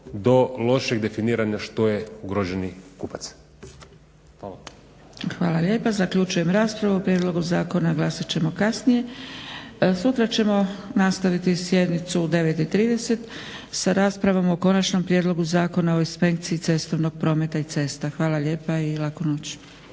do lošeg definiranja što je ugroženi kupac. Hvala. **Zgrebec, Dragica (SDP)** Hvala lijepa. Zaključujem raspravu. O prijedlogu zakona glasat ćemo kasnije. Sutra ćemo nastaviti sjednicu u 9,30 sa raspravom o Konačnom prijedlogu zakona o inspekciji cestovnog prometa i cesta. Hvala lijepa i laku noć!